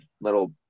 little